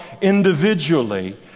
individually